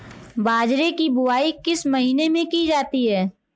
बाजरे की बुवाई किस महीने में की जाती है?